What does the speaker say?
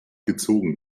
gezogen